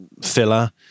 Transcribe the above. filler